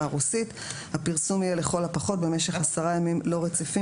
הרוסית; הפרסום יהיה לכל הפחות במשך עשרה ימים לא רציפים